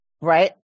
right